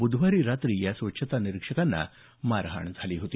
बुधवारी रात्री या स्वच्छता निरीक्षकांना मारहाण झाली होती